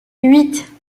huit